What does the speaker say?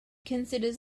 considers